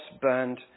burned